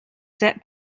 set